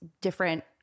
different